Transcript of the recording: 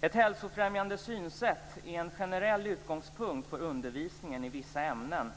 Ett hälsofrämjande synsätt är en generell utgångspunkt för undervisningen i vissa ämnen.